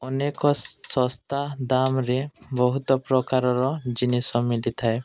ଅନେକ ଶସ୍ତା ଦାମରେ ବହୁତ ପ୍ରକାରର ଜିନିଷ ମିଲିଥାଏ